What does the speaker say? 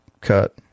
cut